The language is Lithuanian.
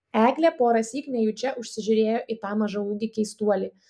eglė porąsyk nejučia užsižiūrėjo į tą mažaūgį keistuolį